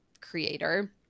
creator